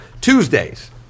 Tuesdays